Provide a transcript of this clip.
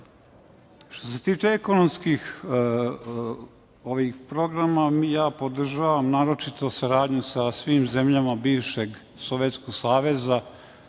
se tiče ekonomskih programa, podržavam naročito sa saradnju sa svim zemljama bivšeg Sovjetskog saveza,